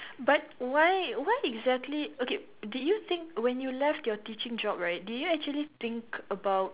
but why why exactly okay did you think when you left your teaching job right did you actually think about